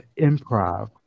improv